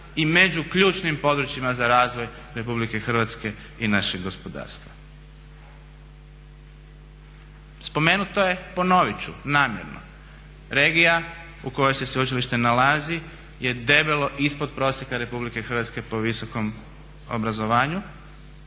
i među ključnim područjima za razvoj RH i našeg gospodarstva. Spomenuto je ponovit ću namjerno regija u kojoj se sveučilište nalazi je debelo ispod prosjeka RH po visokom obrazovanju,